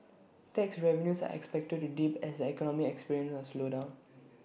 tax revenues are expected to dip as the economy experiences A slowdown